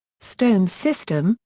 stone's system,